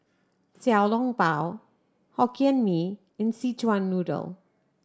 Xiao Long Bao Hokkien Mee and Szechuan Noodle